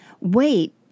wait